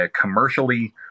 commercially